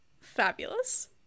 fabulous